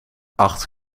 acht